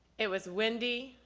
it was windy,